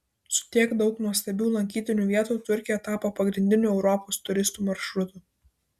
su tiek daug nuostabių lankytinų vietų turkija tapo pagrindiniu europos turistų maršrutu